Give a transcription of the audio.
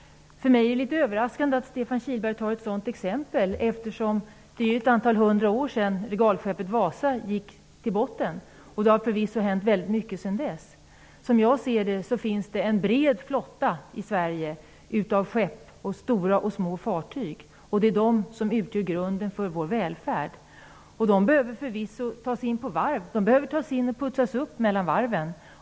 För mig är det litet överraskande att Stefan Kihlberg tar ett sådant exempel, eftersom det är ett antal hundra år sedan regalskeppet Wasa gick till botten och det förvisso har hänt väldigt mycket sedan dess. Som jag ser det finns det i Sverige en bred flotta av skepp och stora och små fartyg, och det är de som utgör grunden för vår välfärd. De behöver förvisso tas in och putsas upp mellan varven.